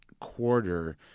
quarter